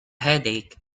headache